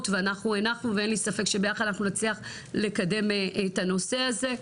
ואנחנו הנחנו ואין לי ספק שביחד נצליח לקדם את הנושא הזה.